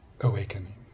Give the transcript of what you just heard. awakening